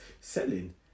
selling